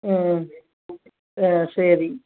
ஆ ஆ சரி